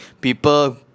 people